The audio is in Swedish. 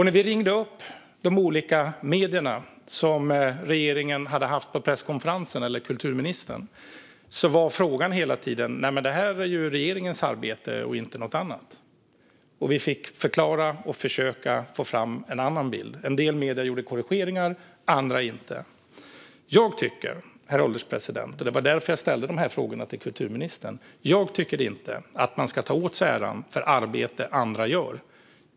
När vi ringde upp de olika medier som regeringen, eller kulturministern, hade haft på presskonferensen sa de hela tiden: Det här är ju regeringens arbete och inte något annat. Vi fick förklara och försöka få fram en annan bild. En del medier gjorde korrigeringar, andra inte. Herr ålderspresident! Jag tycker inte - och det var därför jag ställde dessa frågor till kulturministern - att man ska åt sig äran för arbete som andra gör.